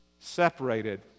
Separated